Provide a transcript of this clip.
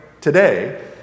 today